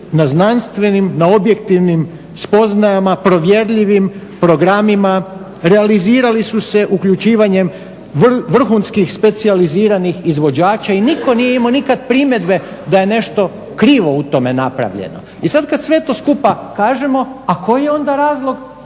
na znanstvenim, na objektivnim spoznajama, provjerljivim programima, realizirali su se uključivanjem vrhunskih specijaliziranih izvođača i nitko nije imao nikada primjedbe da je nešto krivo u tome napravljeno. I sada kada sve to skupa kažemo a koji je onda razlog